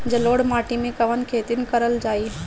जलोढ़ माटी में कवन खेती करल जाई?